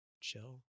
chill